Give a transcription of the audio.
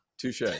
Touche